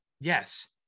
Yes